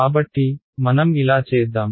కాబట్టి మనం ఇలా చేద్దాం